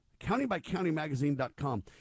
countybycountymagazine.com